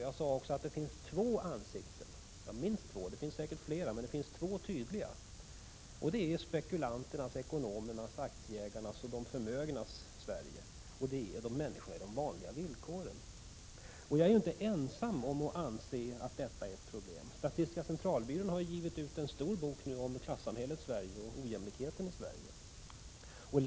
Jag sade att det finns minst två — det finns säkert fler — tydliga ansikten: spekulanternas, ekonomernas, aktieägarnas och de förmögnas Sverige samt ett Sverige för människor med de vanliga villkoren. Jag är inte ensam om att anse att det är ett problem. Statistiska centralbyrån har givit ut en stor bok om klassamhällets Sverige och ojämlikhetens Sverige.